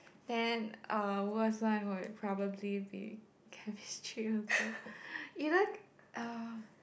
then uh worst one would probably be chemistry also either uh